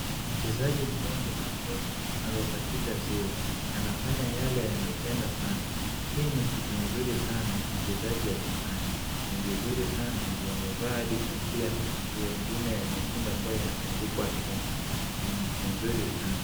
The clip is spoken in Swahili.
Mchezaji mmoja wa Kenya, Ako katika ziwa. Anafanya yale anapenda sana. Hii ni kitu nzuri sana ,mchezaji akifanya. Ni vizuri saana, juu amevaa hadi kofia na nguo ingine ya nyekundu ambayo yameandikwa Kenya. Ni nchi nzuri sana.